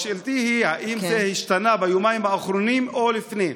שאלתי היא: האם זה השתנה ביומיים האחרונים או לפני?